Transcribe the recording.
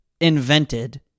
invented